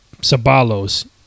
Sabalos